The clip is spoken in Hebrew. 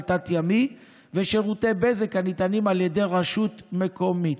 תת-ימי ושירותי בזק הניתנים על ידי רשות מקומית.